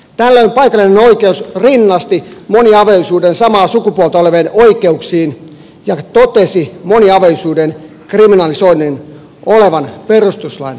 tällöin paikallinen oikeus rinnasti moniavioisuuden samaa sukupuolta olevien oikeuksiin ja totesi moniavioisuuden kriminalisoinnin olevan perustuslain vastaista